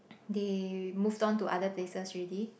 they moved on to other places already